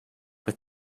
with